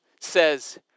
says